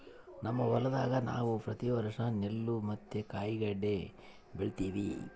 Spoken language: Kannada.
ನಮ್ಮ ಹೊಲದಾಗ ನಾವು ಪ್ರತಿ ವರ್ಷ ನೆಲ್ಲು ಮತ್ತೆ ಕಾಯಿಗಡ್ಡೆ ಬೆಳಿತಿವಿ